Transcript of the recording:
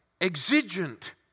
exigent